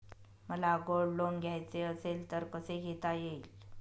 मला gold loan घ्यायचे असेल तर कसे घेता येईल?